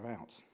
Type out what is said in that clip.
out